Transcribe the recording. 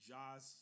Jaws